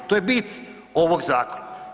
To je bit ovog zakona.